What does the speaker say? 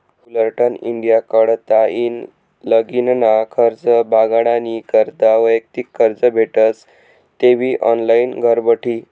Fullerton India कडताईन लगीनना खर्च भागाडानी करता वैयक्तिक कर्ज भेटस तेबी ऑनलाईन घरबठी